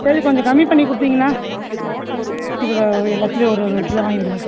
சரி கொஞ்சம் கம்மி பண்ணி கொடுத்தீங்கன்னா இதில் எல்லாத்துலையும் ஒரு ஒரு கிலோ வாங்கிவிடுவேன்